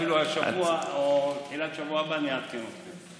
אפילו השבוע או בתחילת שבוע הבא אני אעדכן אתכם.